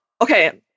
okay